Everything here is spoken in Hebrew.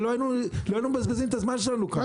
ולא היינו מבזבזים את הזמן שלנו כאן.